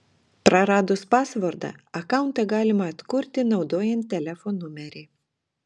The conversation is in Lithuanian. praradus pasvordą akauntą galima atkurti naudojant telefo numerį